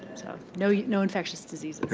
so, no you know infectious diseases.